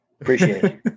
Appreciate